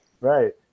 right